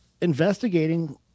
investigating